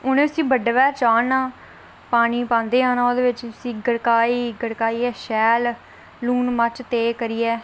उनें उसी बड्डे पैह्र चाढ़ना पानी पांदे जाना ओह्दे बिच उसी गड़काई गड़काई शैल लून मर्च तेज